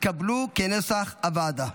כנוסח הוועדה,